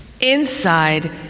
Inside